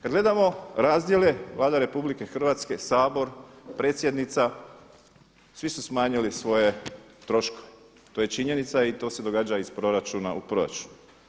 Kada gledamo razdjele, Vlada RH, Sabor, predsjednica, svi su smanjili svoje troškove, to je činjenica i to se događa iz proračuna u proračun.